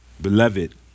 Beloved